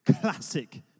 classic